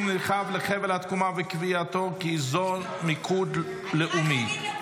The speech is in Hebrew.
נרחב לחבל התקומה וקביעתו כאזור מיקוד לאומי,